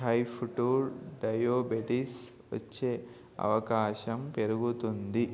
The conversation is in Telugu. టైపు టూ డయాబెటిస్ వచ్చే అవకాశం పెరుగుతుంది